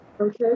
Okay